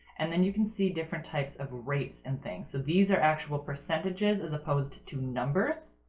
and then you can see different types of rates and things so these are actual percentages as opposed to numbers.